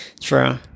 True